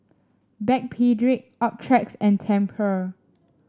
Backpedic Optrex and Tempur